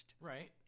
Right